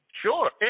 Sure